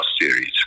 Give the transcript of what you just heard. series